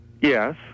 Yes